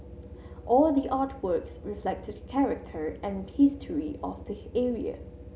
all the artworks reflect the character and history of the area